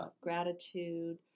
gratitude